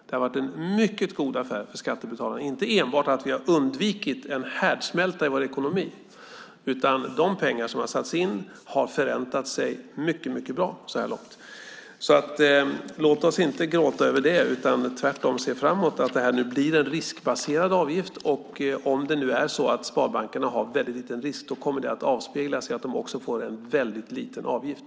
Det har varit en mycket god affär för skattebetalarna, inte enbart att vi har undvikit en härdsmälta i vår ekonomi, utan också att de pengar som har satts in har förräntat sig mycket bra så här långt. Låt oss inte gråta över det utan tvärtom se fram emot att det här nu blir en riskbaserad avgift. Om det nu är så att sparbankerna har väldigt liten risk kommer det att avspeglas i att de också får en väldigt liten avgift.